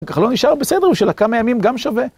ככה לא נשאר בסדר, בשביל הכמה ימים גם שווה?